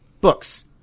Books